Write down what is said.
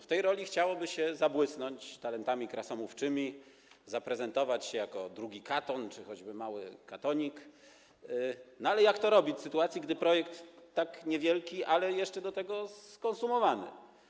W tej roli chciałoby się zabłysnąć talentami krasomówczymi, zaprezentować się jako drugi Katon czy choćby mały Katonik, ale jak to robić, w sytuacji gdy projekt tak niewielki, a jeszcze do tego skonsumowany?